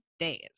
days